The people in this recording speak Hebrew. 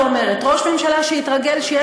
כאילו ה-300,000 שקל האלה הם לא כסף ציבורי שיכול